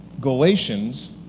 Galatians